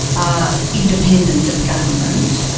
are independent of government.